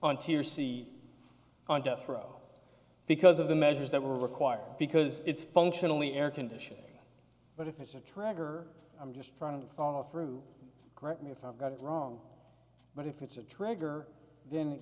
on to your c on death row because of the measures that were required because it's functionally air conditioning but if it's a trigger i'm just from the off route correct me if i've got it wrong but if it's a trigger then it